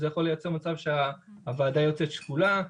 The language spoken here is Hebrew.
בגלל שזה יכול לייצר מצב שהוועדה יוצאת שקולה.